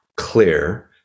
clear